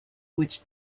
which